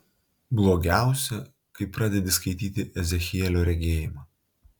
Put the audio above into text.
blogiausia kai pradedi skaityti ezechielio regėjimą